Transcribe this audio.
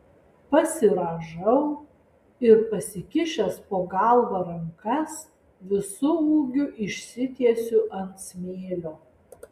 pasirąžau ir pasikišęs po galva rankas visu ūgiu išsitiesiu ant smėlio